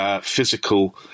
physical